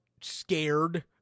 scared